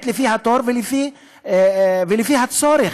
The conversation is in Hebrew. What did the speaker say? ובאמת לפי התור ולפי הצורך,